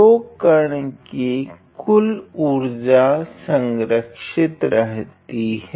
तो कण की कुल उर्जा संरक्षित रहती है